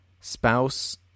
spouse